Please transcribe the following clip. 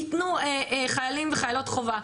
ייתנו חיילים וחיילות חובה.